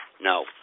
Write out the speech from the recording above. No